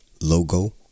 logo